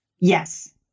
Yes